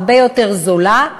הרבה יותר זולה,